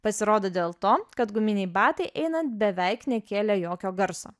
pasirodo dėl to kad guminiai batai einant beveik nekėlė jokio garso